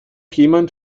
jemand